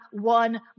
one